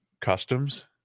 customs